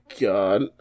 God